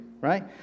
right